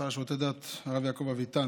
השר לשירותי דת הרב יעקב אביטן,